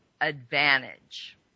advantage